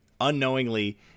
unknowingly